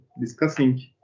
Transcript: discussing